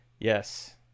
yes